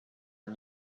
and